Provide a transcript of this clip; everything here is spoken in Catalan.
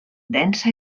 densa